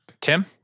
Tim